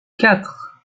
quatre